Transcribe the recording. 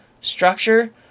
structure